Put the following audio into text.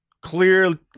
clear